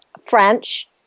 French